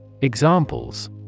Examples